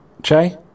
Jay